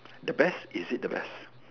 the best is it the best